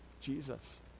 Jesus